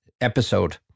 episode